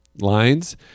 Lines